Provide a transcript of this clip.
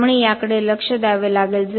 त्यामुळे याकडे लक्ष द्यावे लागेल